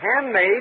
handmade